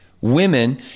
women